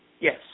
Yes